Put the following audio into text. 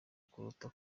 kuruta